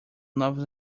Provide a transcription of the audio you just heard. novos